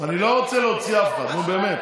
אני לא רוצה להוציא אף אחד, נו, באמת.